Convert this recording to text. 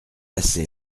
assez